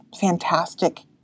fantastic